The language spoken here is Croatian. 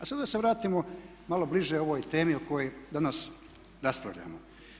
A sada da se vratimo malo bliže ovoj temi o kojoj danas raspravljamo.